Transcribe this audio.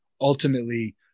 ultimately